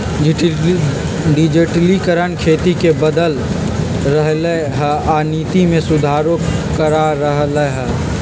डिजटिलिकरण खेती के बदल रहलई ह आ नीति में सुधारो करा रह लई ह